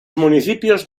municipios